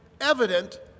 evident